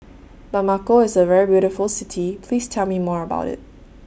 Bamako IS A very beautiful City Please Tell Me More about IT